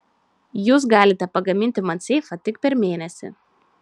jūs galite pagaminti man seifą tik per mėnesį